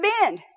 bend